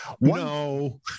No